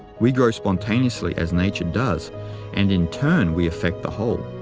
we grow spontaneously as nature does and in turn we affect the whole.